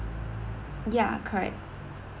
ya correct